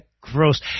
gross